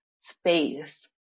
space